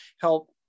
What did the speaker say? help